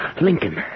Lincoln